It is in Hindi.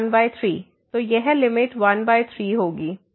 तो 13 तो यह लिमिट 1 3 होगी